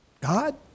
God